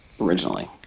originally